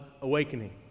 awakening